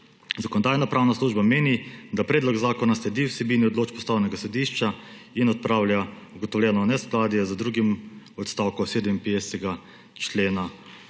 »Zakonodajno-pravna služba meni, da predlog zakona sledi vsebini odločb Ustavnega sodišča in odpravlja ugotovljeno neskladje z drugim odstavkom 57. člena